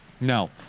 no